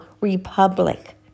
republic